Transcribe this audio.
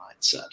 mindset